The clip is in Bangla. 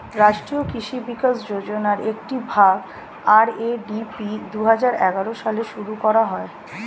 রাষ্ট্রীয় কৃষি বিকাশ যোজনার একটি ভাগ, আর.এ.ডি.পি দুহাজার এগারো সালে শুরু করা হয়